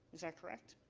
is that correct?